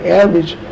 average